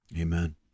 Amen